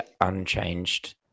unchanged